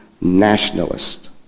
nationalist